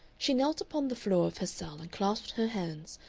she knelt upon the floor of her cell and clasped her hands,